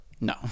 No